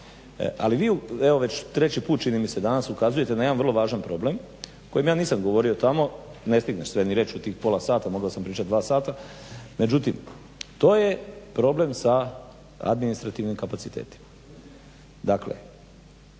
Ali vi evo već treći put čini mi se danas ukazujete na jedan vrlo važan problem o kojem ja nisam govorio tamo, ne stigneš sve ni reć u tih pola sata. Mogao sam pričat dva sata. Međutim, to je problem sa administrativnim kapacitetima. Dakle,